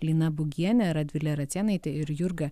lina būgienė radvilė racėnaitė ir jurga